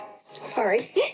sorry